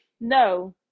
No